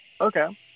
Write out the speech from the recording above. Okay